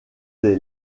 des